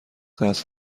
قصد